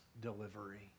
delivery